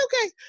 okay